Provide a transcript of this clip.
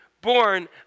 born